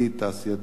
תעשייתית,